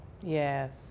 Yes